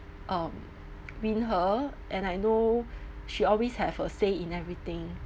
um win her and I know she always have a say in everything